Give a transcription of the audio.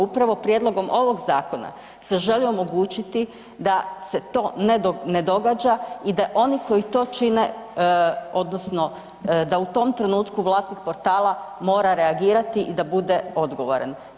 Upravo prijedlogom ovog zakona se želi omogućiti da se to ne događa i da oni koji to čine odnosno da u tom trenutku vlasnik portala mora reagirati i da bude odgovoran.